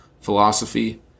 philosophy